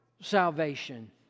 salvation